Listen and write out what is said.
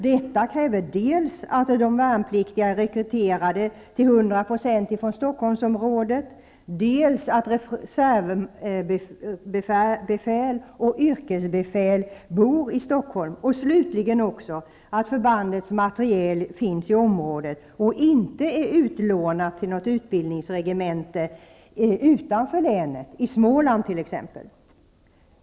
Detta kräver dels att de värnpliktiga till 100 % är rekryterade från Stockholmsområdet, dels att reservbefäl och yrkesbefäl bor i Stockholm och dels att förbandets materiel finns i området och inte är utlånat till något utbildningsregemente utanför länet, t.ex. i Småland.